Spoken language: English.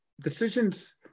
decisions